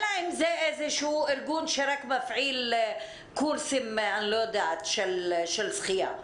אין להם איזשהו ארגון שמפעיל קורסים של שחייה,